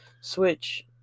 Switch